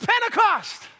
Pentecost